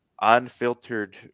unfiltered